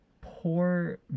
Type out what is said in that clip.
poor